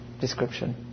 description